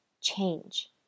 change